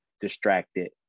distracted